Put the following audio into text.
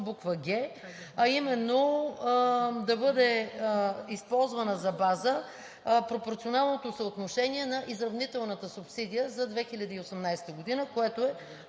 буква „г“, а именно да бъде използвана за база пропорционалното съотношение на изравнителната субсидия за 2018 г., което е